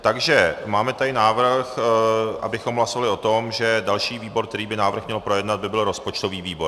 Takže máme tady návrh, abychom hlasovali o tom, že další výbor, který by návrh měl projednat, by byl rozpočtový výbor.